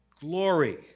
glory